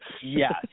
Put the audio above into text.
Yes